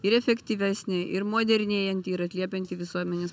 ir efektyvesnė ir modernėjanti ir atliepianti visuomenės